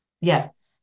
Yes